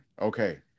Okay